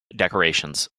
decorations